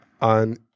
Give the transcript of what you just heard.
on